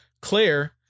Claire